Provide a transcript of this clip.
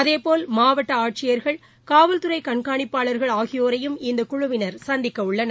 அதேபோல் மாவட்ட ஆட்சியர்கள் காவல்துறை கண்காணிப்பாளர்கள் ஆகியோரையும் இந்த குழுவினர் சந்திக்கவுள்ளனர்